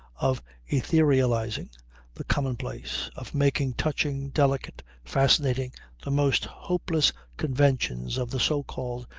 of etherealizing the common-place of making touching, delicate, fascinating the most hopeless conventions of the, so-called,